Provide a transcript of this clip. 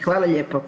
Hvala lijepo.